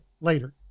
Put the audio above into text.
later